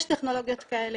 יש טכנולוגיות כאלה,